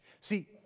See